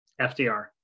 FDR